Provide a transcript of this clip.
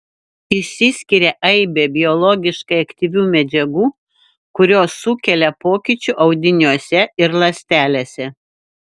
išsiskiria aibė biologiškai aktyvių medžiagų kurios sukelia pokyčių audiniuose ir ląstelėse